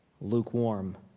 Lukewarm